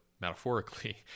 metaphorically